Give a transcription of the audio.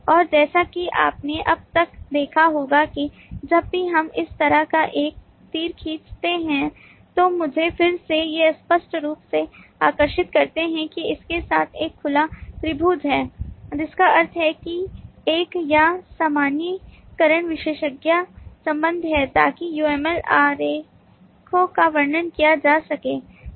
और जैसा कि आपने अब तक देखा होगा कि जब भी हम इस तरह का एक तीर खींचते हैं तो मुझे फिर से स्पष्ट रूप से आकर्षित करते हैं कि इसके साथ एक खुला त्रिभुज है जिसका अर्थ है कि एक या सामान्यीकरण विशेषज्ञता संबंध है ताकि UML आरेखों का वर्णन किया जा सके